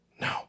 No